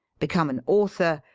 become an author,